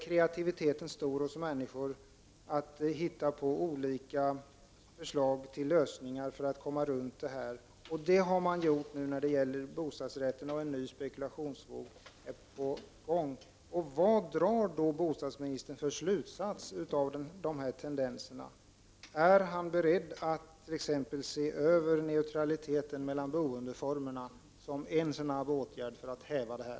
Kreativiteten är stor hos många människor när det gäller att hitta på olika förslag till lösningar för att komma runt lagstiftningen. Det har man nu gjort när det gäller bostadsrätterna där en ny spekulationsvåg är på gång. Vad drar bostadsministern för slutsats av dessa tendenser? Är bostadsministern beredd att se över t.ex. neutraliteten mellan boendeformerna som en snabb åtgärd för att häva detta?